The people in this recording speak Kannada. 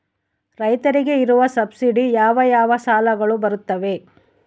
ರೈತರಿಗೆ ಇರುವ ಸಬ್ಸಿಡಿ ಯಾವ ಯಾವ ಸಾಲಗಳು ಬರುತ್ತವೆ?